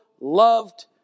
loved